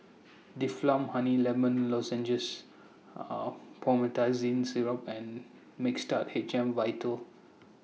Difflam Honey Lemon Lozenges Promethazine Syrup and Mixtard H M Vital